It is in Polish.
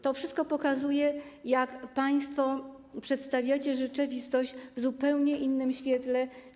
To wszystko pokazuje, że państwo przedstawiacie rzeczywistość w zupełnie innym świetle.